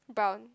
brown